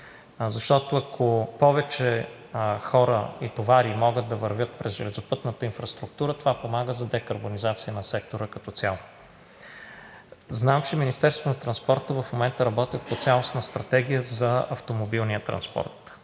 Защото, ако повече хора и товари могат да вървят през железопътната инфраструктура, това помага за декарбонизация на сектора като цяло. Знам, че в Министерството на транспорта в момента работят по цялостна стратегия за автомобилния транспорт.